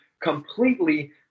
completely